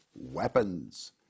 weapons